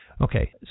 Okay